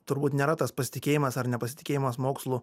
turbūt nėra tas pasitikėjimas ar nepasitikėjimas mokslu